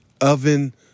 oven